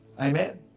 Amen